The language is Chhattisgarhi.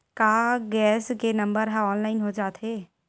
का गैस के नंबर ह ऑनलाइन हो जाथे?